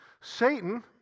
Satan